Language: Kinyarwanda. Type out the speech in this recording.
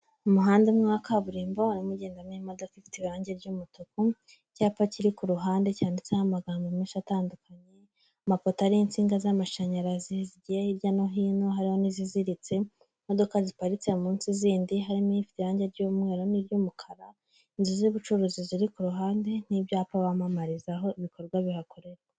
Umuhanda umwe wa kaburimbo urimo ugendamo imodoka ifite irangi ry'umutuku, icyapa kiri ku ruhande cyanditseho amagambo menshi atandukanye, amapoto ariho insinga z'amashanyarazi zigiye hirya no hino, hariho n'iziziritse, imodoka ziparitse munsi zindi, harimo ifite irangi ry'umweru n'iry'umukara, inzu z'ubucuruzi ziri ku ruhande n'ibyapa bamamarizaho ibikorwa bihakorerwa.